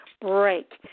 break